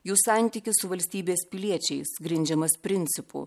jų santykis su valstybės piliečiais grindžiamas principu